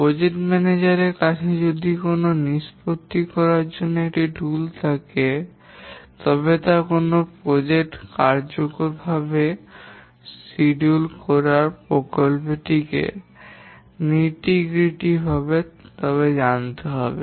project ম্যানেজারের কাছে যদিও নিষ্পত্তি করার জন্য একটি টুল রয়েছে তবে কোনও প্রকল্প কার্যকরভাবে সময়সূচী করতে প্রকল্পের সময়সূচী টিকে মজাদার ভাবে জানতে হবে